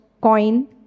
coin